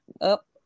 Up